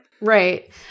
Right